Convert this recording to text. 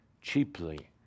cheaply